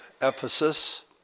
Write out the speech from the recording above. Ephesus